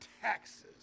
taxes